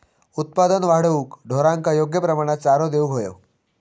उत्पादन वाढवूक ढोरांका योग्य प्रमाणात चारो देऊक व्हयो